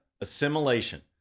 assimilation